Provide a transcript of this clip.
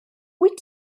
wyt